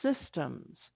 systems